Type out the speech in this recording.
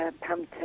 Pam